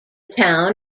town